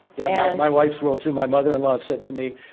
yeah my wife's world too. my mother-in-law said to me,